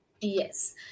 Yes